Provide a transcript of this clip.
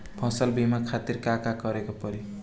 फसल बीमा खातिर का करे के पड़ेला?